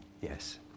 Yes